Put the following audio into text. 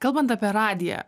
kalbant apie radiją